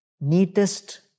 neatest